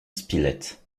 spilett